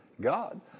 God